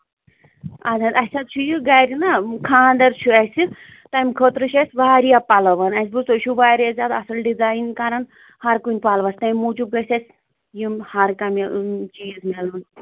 اَدٕ حظ اَسہِ حظ چھُ یہِ گَرِ نا خانٛدر چھُ اَسہِ تَمہِ خٲطرٕ چھِ اَسہِ وارِیاہ پَلون اَسہِ بوٗز تۄہہِ چھُو وارِیاہ زیادٕ اَصٕل ڈِزاین کَران ہر کُنہِ پَلوس تَمہِ موٗجوٗب گَژھِ اَسہِ یِم ہر کانٛہہ میلن چیٖز میلُن